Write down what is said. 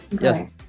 Yes